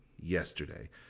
yesterday